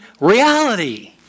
reality